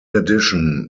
addition